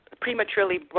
prematurely